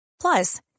Plus